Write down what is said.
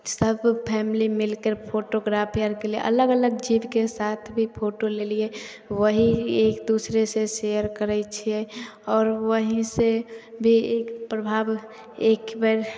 सब फैमिली मिलिकऽ फोटोग्राफी आर केलियै अलग अलग जीवके साथभी फोटो लेलियै वहीँ एक दूसरे से शेयर करै छियै आओर वहीँ से भी एक प्रभाव एक बस